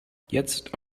jetzt